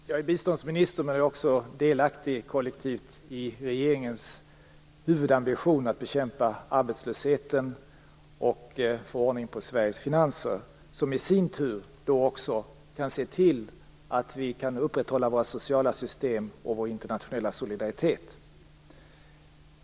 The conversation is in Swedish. Fru talman! Jag är biståndsminister men också kollektivt delaktig i regeringens huvudambition att bekämpa arbetslösheten och få ordning på Sveriges finanser, som i sin tur kan se till att vi kan upprätthålla våra sociala system och vår internationella solidaritet.